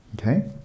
Okay